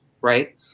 Right